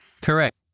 Correct